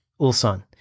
Ulsan